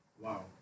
Wow